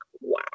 wow